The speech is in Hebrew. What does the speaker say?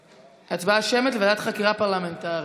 הצבעה שמית על ועדת חקירה פרלמנטרית.